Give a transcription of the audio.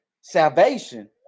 salvation